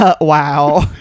Wow